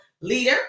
leader